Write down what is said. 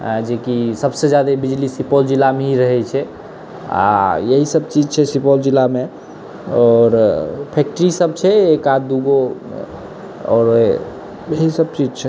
जेकि सबसँ ज्यादे बिजली सुपौल जिलामे ही रहै छै आओर इएहसब चीज छै सुपौल जिलामे आओर फैक्ट्रीसब छै एकाध दुगो आओर इएहसब चीज छै